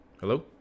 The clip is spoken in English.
Hello